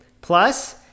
plus